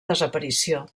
desaparició